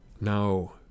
Now